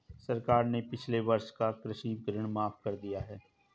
सरकार ने पिछले वर्ष का कृषि ऋण माफ़ कर दिया है